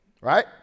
Right